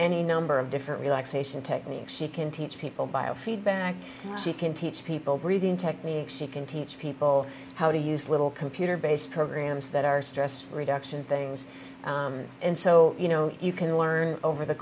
any number of different relaxation techniques she can teach people biofeedback she can teach people breathing techniques she can teach people how to use little computer based programs that are stressed reduction things and so you know you can learn over the